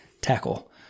tackle